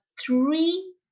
three